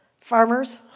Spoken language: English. Farmers